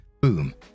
Boom